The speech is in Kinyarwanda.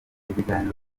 ibiganiro